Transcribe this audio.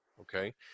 Okay